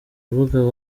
urubuga